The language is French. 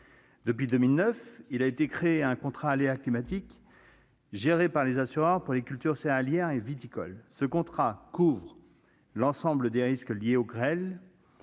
En 2009 a été créé un contrat aléas climatiques, géré par les assureurs pour les cultures céréalières et viticoles. Ce contrat couvre l'ensemble des risques liés à la grêle,